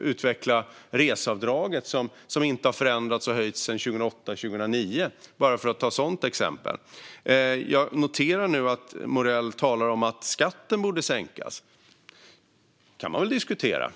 utveckla reseavdraget, som inte har förändrats eller höjts sedan 2008-2009 - bara för att ta ett exempel. Jag noterar att Morell nu talar om att skatten borde sänkas. Det kan man väl diskutera.